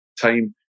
time